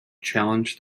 challenged